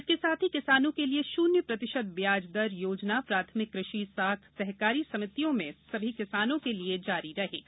इसके साथ ही किसानों के लिए शून्य प्रतिशत ब्याज दर योजना प्राथमिक कृषि साख सहकारी समितियों में सभी किसानों के लिए जारी रहेगी